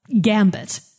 Gambit